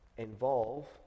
Involve